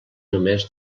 només